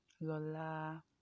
Lola